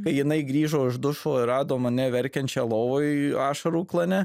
kai jinai grįžo iš dušo ir rado mane verkiančią lovoj ašarų klane